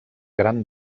gran